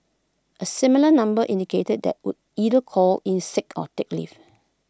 A similar number indicated that would either call in sick or take leave